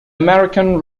american